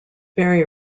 very